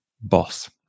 boss